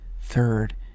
third